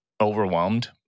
overwhelmed